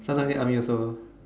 sometimes army also